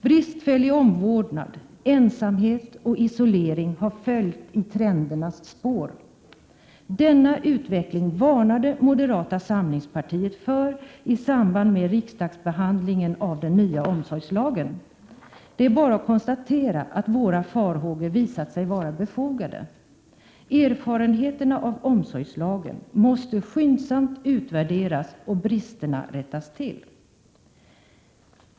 Bristfällig omvårdnad, ensamhet och isolering har följt i trendernas spår. Denna utveckling varnade moderata samlingspartiet för i samband med riksdagsbehandlingen av den nya omsorgslagen. Det är bara att konstatera att våra farhågor visat sig vara befogade. Erfarenheterna av omsorgslagen måste skyndsamt utvärderas och bristerna rättas till.